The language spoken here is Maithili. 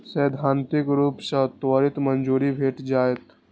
सैद्धांतिक रूप सं त्वरित मंजूरी भेट जायत